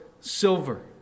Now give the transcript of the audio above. silver